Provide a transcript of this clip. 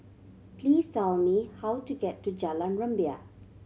please tell me how to get to Jalan Rumbia